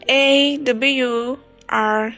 awr